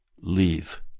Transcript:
leave